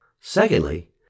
Secondly